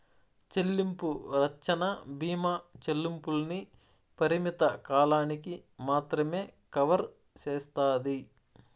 చెల్లింపు రచ్చన బీమా చెల్లింపుల్ని పరిమిత కాలానికి మాత్రమే కవర్ సేస్తాది